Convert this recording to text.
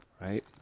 Right